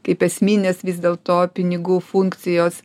kaip esminės vis dėlto pinigų funkcijos